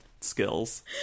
skills